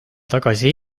tagasi